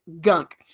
gunk